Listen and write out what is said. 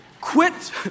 Quit